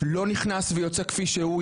לא נכנס ויוצא כפי שהוא.